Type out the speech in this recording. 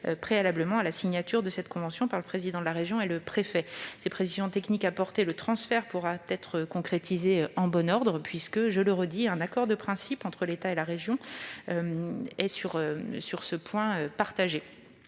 préalablement à la signature de la convention par le président de région et le préfet. Ces précisions techniques apportées, le transfert pourra être concrétisé en bon ordre, puisqu'il y a un accord de principe de l'État et de la région sur ce point.